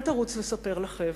אל תרוץ לספר לחבר'ה.